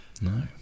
No